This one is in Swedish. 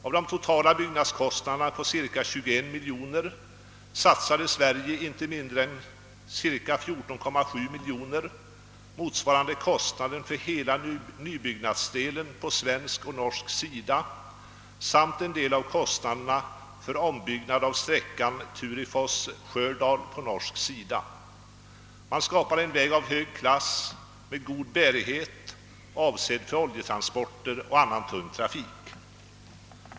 Av de totala byggnadskostnaderna på cirka 21 miljoner satsade Sverige inte mindre än 14,7 miljoner, motsvarande kostnaden för hela nybyggnadsdelen på svensk och norsk sida, samt en del av kostnaderna för ombyggnad av sträckan Turifoss—Stjördal på norsk sida. Man skapade en väg av hög klass med god bärighet, avsedd för oljetransporter och annan tung trafik.